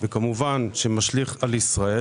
וכמובן, שמשליך על ישראל.